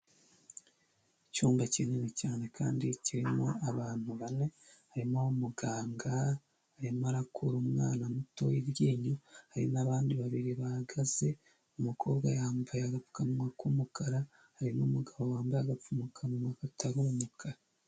Icyumba kinini cyane kandi kirimo abantu bane, harimo umuganga arimo arakura umwana muto iryinyo, hari n'abandi babiri bahagaze. Umukobwa yambaye agapfukanwa k'umukara, hari n numugabo wambaye agapfukamunwa katari umukara.